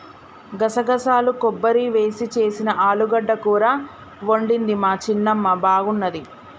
గసగసాలు కొబ్బరి వేసి చేసిన ఆలుగడ్డ కూర వండింది మా చిన్నమ్మ బాగున్నది